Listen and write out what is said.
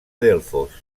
delfos